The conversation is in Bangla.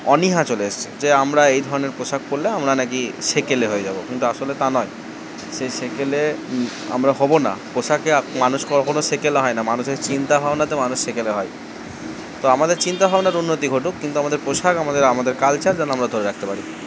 অনীহা চলে এসেছে যে আমরা এই ধরনের পোশাক পরলে আমরা না কি সেকেলে হয়ে যাব কিন্তু আসলে তা নয় সেই সেকেলে আমরা হবো না পোশাকে মানুষ কখনও সেকেলে হয় না মানুষের চিন্তা ভাবনাতে মানুষ সেকেলে হয় তো আমাদের চিন্তা ভাবনার উন্নতি ঘটুক কিন্তু আমাদের পোশাক আমাদের আমাদের কালচার যেন আমরা ধরে রাখতে পারি